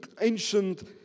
ancient